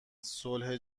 صلح